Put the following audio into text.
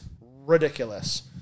ridiculous